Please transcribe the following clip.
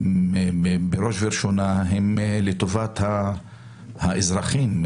בראש ובראשונה הם לטובת האזרחים,